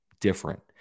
different